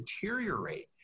deteriorate